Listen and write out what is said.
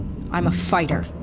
i'm a fighter.